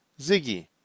Ziggy